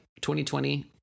2020